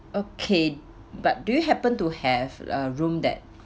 okay but do you happen to have a room that